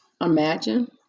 Imagine